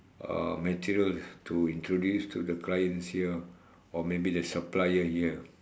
uh materials to introduce to the clients here or maybe the suppliers here